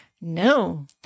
No